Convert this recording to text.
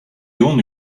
only